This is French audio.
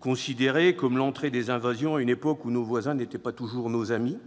considéré comme la porte d'entrée des invasions à une époque où nos voisins n'étaient pas toujours nos amis,